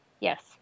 Yes